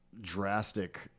drastic